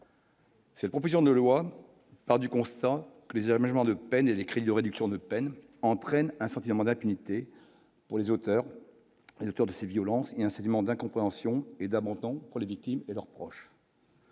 Cette proposition de loi part du constat, les énormément de peine et cris de réduction de peine entraîne un sentiment d'impunité pour les auteurs, auteur de ces violences et un sédiment d'incompréhension et d'montant pour les victimes et leurs proches.